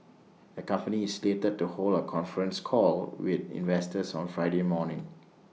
the company is slated to hold A conference call with investors on Friday morning